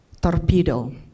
Torpedo